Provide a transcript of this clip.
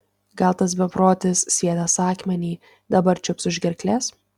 gal tas beprotis sviedęs akmenį dabar čiups už gerklės